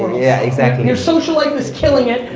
yeah, exactly. your social life is killing it,